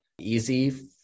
easy